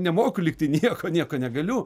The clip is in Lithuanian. nemoku lygtai nieko nieko negaliu